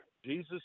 Jesus